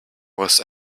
was